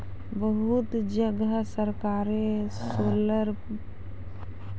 बहुत जगह सरकारे सोलर पम्प देय छैय, हमरा यहाँ उहो विकल्प होना चाहिए?